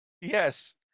yes